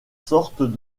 sortent